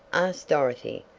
asked dorothy,